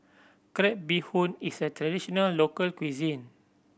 crab bee hoon is a traditional local cuisine